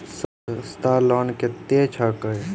सस्ता लोन केँ छैक